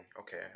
okay